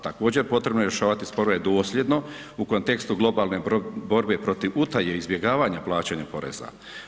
Također, potrebno je rješavati sporove dosljedno, u kontekstu globalne borbe protiv utaje izbjegavanja plaćanja poreza.